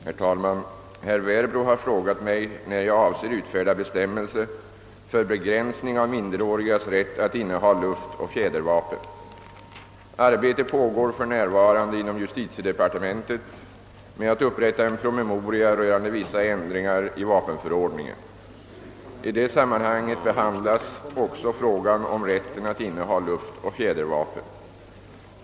Herr talman! Herr Werbro har frågat mig när jag avser utfärda bestämmelse för begränsning av minderårigas rätt att inneha luftoch fjädervapen. Arbete pågår f.n. inom justitiedepartementet med att upprätta en promemoria rörande vissa ändringar i vapenförordningen. I detta sammanhang behandlas också frågan om rätten att inneha luftoch fjädervapen.